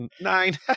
nine